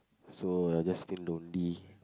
so I will just feel lonely